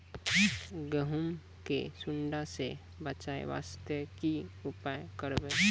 गहूम के सुंडा से बचाई वास्ते की उपाय करबै?